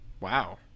Wow